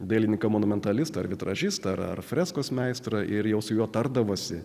dailininką monumentali ar vitražistą ar freskos meistrą ir jau su juo tardavosi